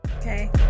okay